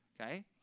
okay